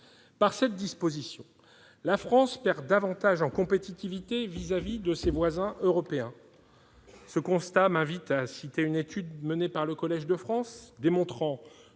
Par cette disposition, la France perd davantage en compétitivité sur ses voisins européens. Ce constat m'invite à citer une étude menée par le Collège de France et démontrant